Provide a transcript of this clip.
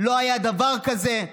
לא היה דבר כזה,